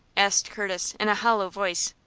asked curtis, in a hollow voice.